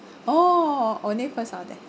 oh only first order